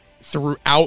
throughout